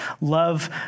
love